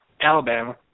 Alabama